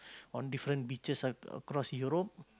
on different beaches ac~ across Europe